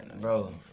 Bro